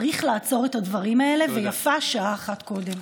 צריך לעצור את הדברים האלה, ויפה שעה אחת קודם.